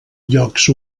llocs